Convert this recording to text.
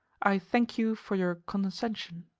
i thank you for your condescension.